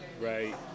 Right